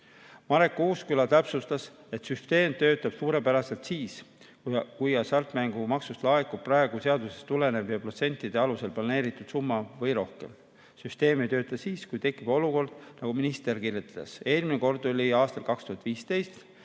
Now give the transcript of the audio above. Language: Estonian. Marek Uusküla täpsustas, et süsteem töötab suurepäraselt siis, kui hasartmängumaksust laekub praegu seadusest tulenev ja protsentide alusel planeeritud summa või sellest rohkem. Süsteem ei tööta siis, kui tekib selline olukord, nagu minister kirjeldas. Eelmine kord oli see aastal 2015,